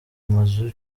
amazu